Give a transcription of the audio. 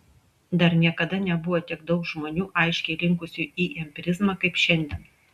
dar niekada nebuvo tiek daug žmonių aiškiai linkusių į empirizmą kaip šiandien